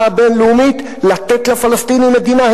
הבין-לאומית לתת לפלסטינים מדינה.